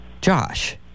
Josh